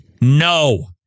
no